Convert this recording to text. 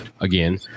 again